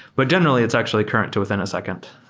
but generally, it's actually current to within a second.